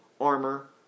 armor